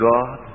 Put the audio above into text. God